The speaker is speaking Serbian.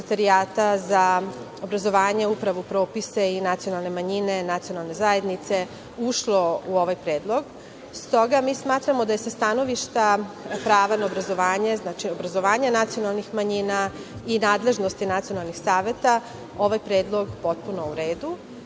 za obrazovanje, upravu, propise i nacionalne manjine, nacionalne zajednice ušlo u ovaj predlog. S toga, mi smatramo da je sa stanovišta prava na obrazovanje, obrazovanje nacionalnih manjina i nadležnosti nacionalnih saveta, ovaj predlog potpuno u redu.